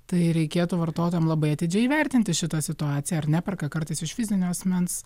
tai reikėtų vartotojam labai atidžiai įvertinti šitą situaciją ar neperka kartais iš fizinio asmens